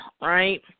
right